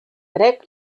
grec